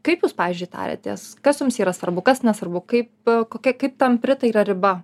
kaip jūs pavyzdžiui tariatės kas jums yra svarbu kas nesvarbu kaip kokia kaip tampri tai yra riba